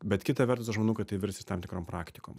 bet kita vertus aš manau kad tai virs ir tam tikrom praktikom